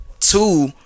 two